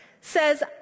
says